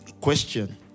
Question